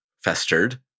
festered